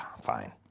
fine